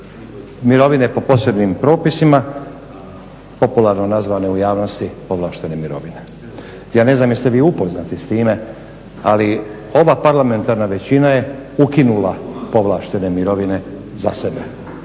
mirovine po posebnim propisima, popularno nazvane u javnosti povlaštene mirovine. Ja ne znam jeste li vi upoznati s time ali ova parlamentarna većina je ukinula povlaštene mirovine za sebe,